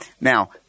Now